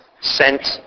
sent